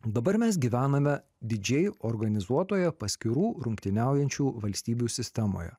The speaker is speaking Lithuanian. dabar mes gyvename didžiai organizuotoje paskirų rungtyniaujančių valstybių sistemoje